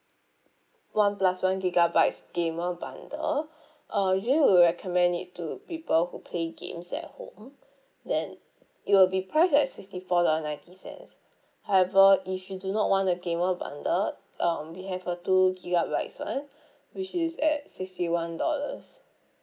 one plus one gigabytes gamer bundle uh usually we will recommend it to people who play games at home then it will be priced at sixty four dollar ninety cents however if you do not want the gamer bundle um we have a two gigabytes [one] which is at sixty one dollars